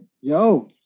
yo